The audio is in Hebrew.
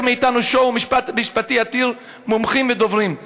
האם ייחסך מאתנו show משפטי עתיר מומחים ודוברים?